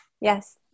Yes